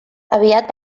aviat